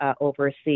overseas